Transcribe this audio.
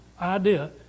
idea